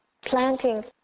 planting